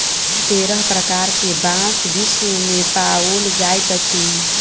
तेरह प्रकार के बांस विश्व मे पाओल जाइत अछि